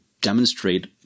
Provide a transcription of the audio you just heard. demonstrate